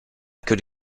could